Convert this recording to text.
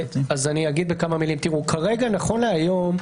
נכון להיום,